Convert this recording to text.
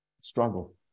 struggle